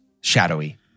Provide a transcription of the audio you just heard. Shadowy